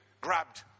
grabbed